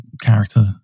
character